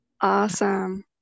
awesome